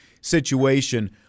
situation